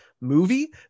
movie